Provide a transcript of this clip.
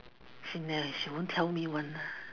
she ne~ she won't tell me [one] ah